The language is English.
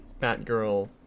Batgirl